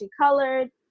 colored